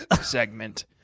segment